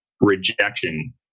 rejection